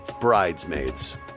Bridesmaids